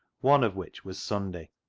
one of which was sunday.